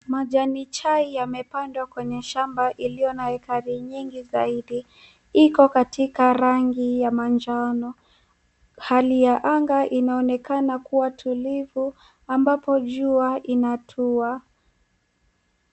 Majani chai yamepandwa kwenye shamba iliyo na ekari nyingi zaidi. Iko katika rangi ya manjano. Hali ya anga inaonekana kuwa tulivu ambapo jua inatua.